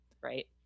right